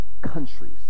countries